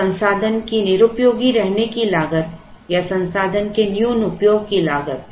तो संसाधन की निस्र्पयोगी रहने की लागत या संसाधन के न्यून उपयोग की लागत